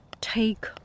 take